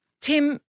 Tim